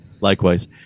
Likewise